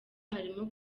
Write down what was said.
harimo